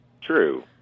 true